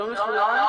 שלום לכולם.